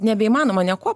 nebeįmanoma niekuo